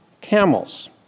camels